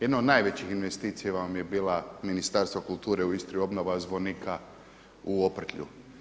Jedna od najvećih investicija vam je bila Ministarstvo kulture u Istri, obnova zvonika u Oprtlju.